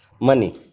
Money